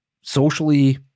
socially